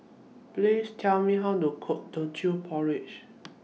Please Tell Me How to Cook Teochew Porridge